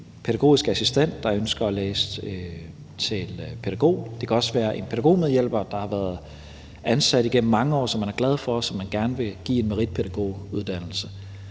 pædagogisk assistent, der ønsker at læse til pædagog, og det kan også være en pædagogmedhjælper, der har været ansat igennem mange år, og som man er glad for, og som man gerne vil give en meritpædagoguddannelse.